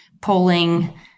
polling